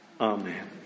Amen